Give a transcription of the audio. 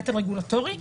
נטל רגולטורי,